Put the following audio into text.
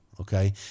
okay